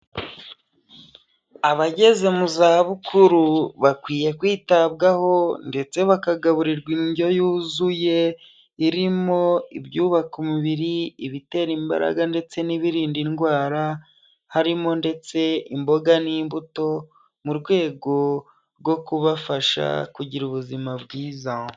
Abageze mu zabukuru bakwiye kwitabwaho ndetse bakagaburirwa indyo yuzuye, irimo ibyubaka umubiri, ibitera imbaraga ndetse n'ibirinda indwara, harimo ndetse imboga n'imbuto, mu rwego rwo kubafasha kugira ubuzima bwiza.